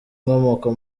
inkomoko